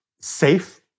safe